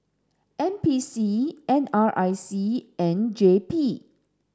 N P C N R I C and J P